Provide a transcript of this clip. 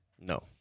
No